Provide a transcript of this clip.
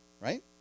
right